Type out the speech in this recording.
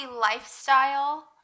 lifestyle